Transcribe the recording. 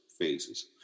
phases